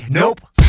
nope